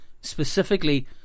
specifically